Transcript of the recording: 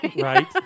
Right